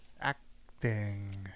Acting